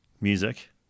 music